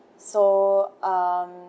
so um